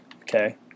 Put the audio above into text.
okay